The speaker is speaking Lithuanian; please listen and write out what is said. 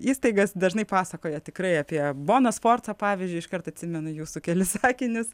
įstaigas dažnai pasakoja tikrai apie boną sforzą pavyzdžiui iškart atsimenu jūsų kelis sakinius